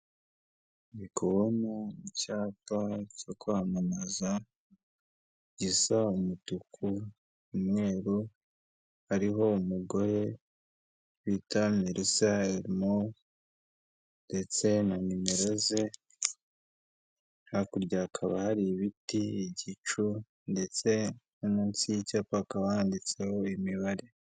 Ndi kubona icyapa cyo kwamamaza gisa umutuku n'umweru, hariho umugore bita Melissa Elmore, ndetse na nimero ze, hakurya hakaba hari ibiti, igicu ndetse no munsi y'icyapaka handitseho imibare.